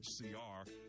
hcr